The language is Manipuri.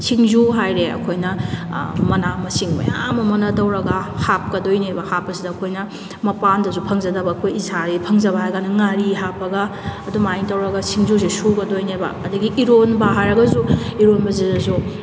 ꯁꯤꯡꯖꯨ ꯍꯥꯏꯔꯦ ꯑꯩꯈꯣꯏꯅ ꯃꯅꯥ ꯃꯁꯤꯡ ꯃꯌꯥꯝ ꯑꯃꯅ ꯇꯧꯔꯒ ꯍꯥꯞꯀꯗꯣꯏꯅꯦꯕ ꯍꯥꯄꯄꯁꯤꯗ ꯑꯩꯈꯣꯏꯅ ꯃꯄꯥꯟꯗꯁꯨ ꯐꯪꯖꯗꯕ ꯑꯩꯈꯣꯏ ꯏꯁꯥꯒꯤ ꯐꯪꯖꯕ ꯍꯥꯏꯔꯒꯅ ꯉꯥꯔꯤ ꯍꯥꯞꯄꯒ ꯑꯗꯨꯝꯍꯥꯏꯅ ꯇꯧꯔꯒ ꯁꯤꯡꯖꯨꯁꯦ ꯁꯨꯒꯗꯣꯏꯅꯦꯕ ꯑꯗꯨꯗꯒꯤ ꯏꯔꯣꯟꯕ ꯍꯥꯏꯔꯒꯁꯨ ꯏꯔꯣꯟꯕ ꯁꯤꯗꯁꯨ